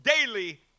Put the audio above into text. daily